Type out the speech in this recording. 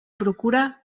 procura